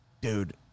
dude